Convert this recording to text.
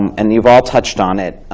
and you've all touched on it.